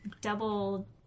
double